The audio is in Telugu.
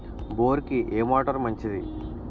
బోరుకి ఏ మోటారు మంచిది?